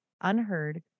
unheard